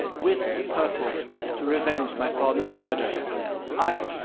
with purport to revenge my father's murder ay!